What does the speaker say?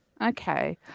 Okay